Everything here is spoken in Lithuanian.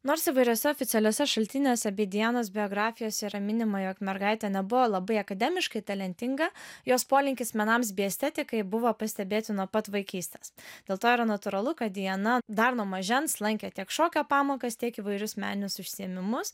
nors įvairiuose oficialiuose šaltiniuose bei dianos biografijose yra minima jog mergaitė nebuvo labai akademiškai talentinga jos polinkis menams bei estetikai buvo pastebėti nuo pat vaikystės dėl to yra natūralu kad diana dar nuo mažens lankė tiek šokio pamokas tiek įvairius meninius užsiėmimus